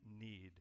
need